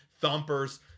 thumpers